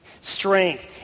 strength